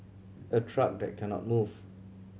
a truck that cannot move